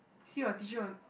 see your teacher w~